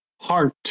heart